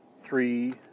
three